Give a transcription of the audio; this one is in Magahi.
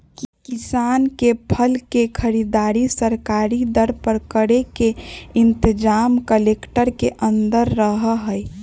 किसान के फसल के खरीदारी सरकारी दर पर करे के इनतजाम कलेक्टर के अंदर रहा हई